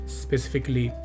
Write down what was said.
specifically